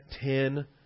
ten